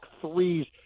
threes